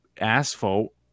asphalt